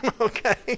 Okay